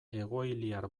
egoiliar